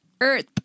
Earth